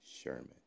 Sherman